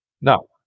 No